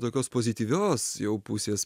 tokios pozityvios jau pusės